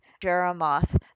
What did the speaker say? Jeremoth